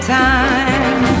time